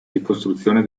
ricostruzione